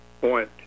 point